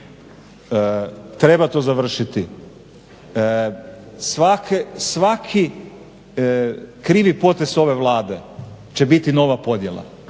Treba to završiti. Svaki krivi potez ove Vlade će biti nova podjela.